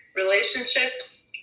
relationships